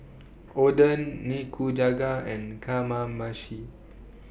Oden Nikujaga and Kamameshi